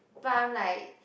but I'm like